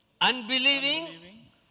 unbelieving